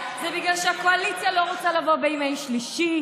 זה בגלל שהקואליציה לא רוצה לבוא בימי שלישי,